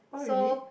so